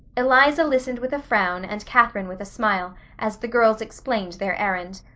eliza listened with a frown and catherine with a smile, as the girls explained their errand.